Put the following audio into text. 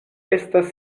estas